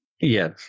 Yes